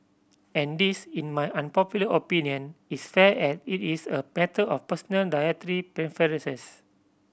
and this in my unpopular opinion is fair as it is a matter of personal dietary preferences